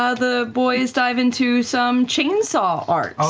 ah the boys dive into some chainsaw art.